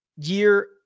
year